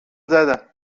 زدن